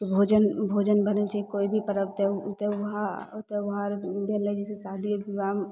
भोजन भोजन बनै छै कोइ भी परव त्यो त्योहा त्योहार भेलै जइसे शादिए विवाह